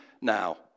now